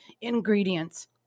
ingredients